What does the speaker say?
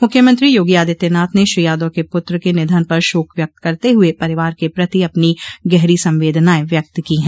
मुख्यमंत्री योगी आदित्यनाथ ने श्री यादव के पुत्र के निधन पर शोक व्यक्त करते हुए परिवार के प्रति अपनी गहरी संवेदनाएं व्यक्त की है